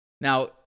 Now